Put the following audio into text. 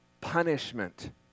punishment